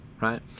right